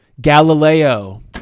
Galileo